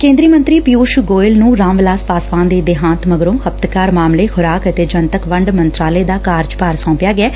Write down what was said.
ਕੇਂਦਰੀ ਮੰਤਰੀ ਪਿਉਸ਼ ਗੋਇਲ ਨੂੰ ਰਾਮ ਵਿਲਾਸ ਪਾਸਵਾਨ ਦੇ ਦੇਹਾਂਤ ਮਗਰੋਂ ਖ਼ਪਤਕਾਰ ਮਾਮਲੇ ਖੁਰਾਕ ਅਤੇ ਜਨਤਕ ਵੰਡ ਮੰਤਰਾਲੇ ਦਾ ਕਾਰਜਭਾਰ ਸੌਂਪਿਆ ਗਿਐ